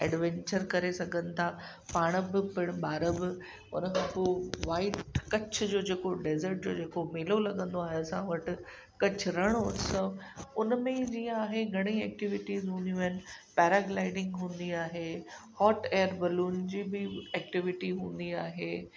adventure करे सघनि था पाण बि पिणि ॿार बि उन खां पोइ व्हाइट कच्छ जो जेको डेजर्ट जो जेको मेलो लॻंदो आहे असां वटि कच्छ रण उत्सव उन में जीअं आहे घणे एक्टिविटीज़ हूंदियूं आहिनि पैराग्लाइडिंग हूंदी आहे हॉट एअर बलून जी बि एक्टिविटी हूंदी आहे